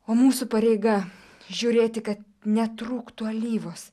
o mūsų pareiga žiūrėti kad netrūktų alyvos